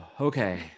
Okay